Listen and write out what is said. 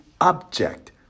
object